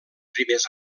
primers